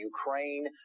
Ukraine